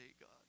God